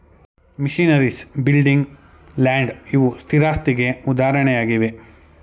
missionaries, building, land ಇವು ಸ್ಥಿರಾಸ್ತಿಗೆ ಉದಾಹರಣೆಯಾಗಿವೆ